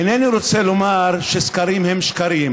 אינני רוצה לומר שסקרים הם שקרים,